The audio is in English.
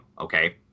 okay